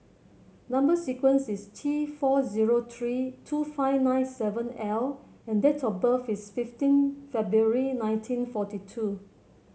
number sequence is T four zero three two five nine seven L and date of birth is fifteen February nineteen forty two